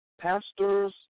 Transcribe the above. pastors